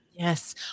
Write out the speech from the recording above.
Yes